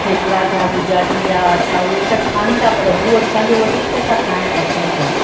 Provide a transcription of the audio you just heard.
थेपला थिया गुजरातियुनि जा असां उहे त खाइनि था पर हू असांजो वधीक था खाइणु पसंदि कनि